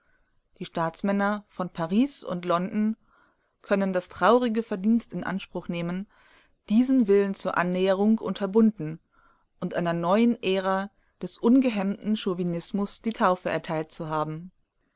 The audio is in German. die staatsmänner von paris und london können das traurige verdienst in anspruch nehmen diesen willen zur annäherung unterbunden und einer neuen ära des ungehemmten chauvinismus die taufe erteilt zu haben